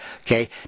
Okay